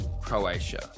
Croatia